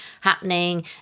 happening